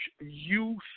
youth